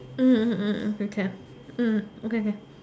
mm okay can mm okay okay